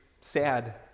sad